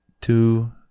two